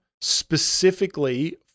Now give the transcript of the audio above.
specifically